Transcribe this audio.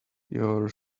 your